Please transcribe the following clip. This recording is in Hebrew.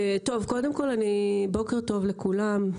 קודם כל בוקר טוב לכולם,